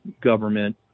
government